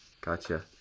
gotcha